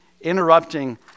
interrupting